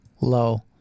low